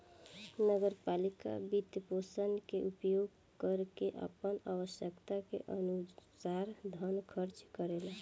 नगर पालिका वित्तपोषण के उपयोग क के आपन आवश्यकता के अनुसार धन खर्च करेला